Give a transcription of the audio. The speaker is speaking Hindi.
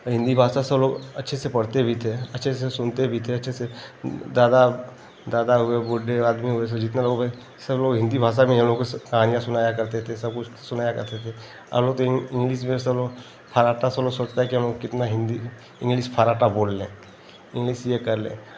और हिन्दी भाषा सब लोग अच्छे से पढ़ते भी थे अच्छे से सुनते भी थे अच्छे से दादा दादा हुए बूढ़े आदमी हुए थे जीतने लोग हैं सब लोग हिन्दी भाषा में ये लोग उस कहानियाँ सुनाया करते थे सब कुछ सुनाया करते थे अब लोग तो इंग इंग्लिस में सब लोग फर्राटा सब लोग सोचता है कि हम लोग कितना हिन्दी इंग्लिस फर्राटा बोल लें इंग्लिस ये कर लें